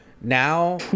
now